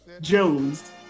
Jones